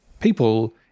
people